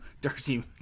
Darcy